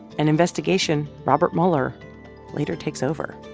an investigation robert mueller later takes over